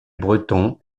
breton